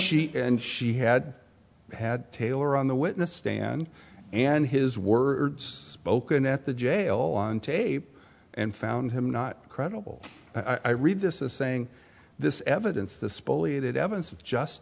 she and she had had taylor on the witness stand and his words spoken at the jail on tape and found him not credible i read this as saying this evidence the spoliation evidence of just